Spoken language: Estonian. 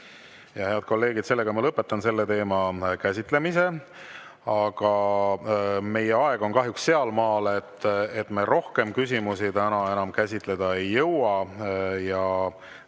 Head kolleegid, lõpetan selle teema käsitlemise. Meie aeg on kahjuks sealmaal, et me rohkem küsimusi täna enam käsitleda ei jõua. Ma